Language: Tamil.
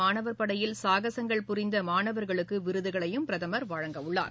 மாணவர்படையில் சாகசங்கள் புரிந்த மாணவர்களுக்கு விருதுகளையும் கேசிய பிரதமர் வழங்கவுள்ளார்